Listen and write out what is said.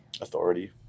Authority